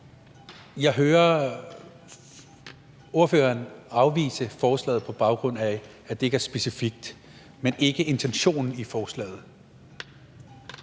Jeg hører ordføreren afvise forslaget, på baggrund af at det ikke er specifikt, men ikke på grund af intentionen i forslaget.